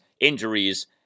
injuries